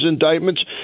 indictments